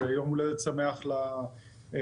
ויום הולדת שמח לכנסת.